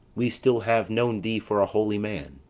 we still have known thee for a holy man.